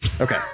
Okay